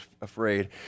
afraid